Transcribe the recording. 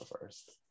first